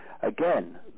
again